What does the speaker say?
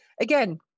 Again